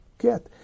get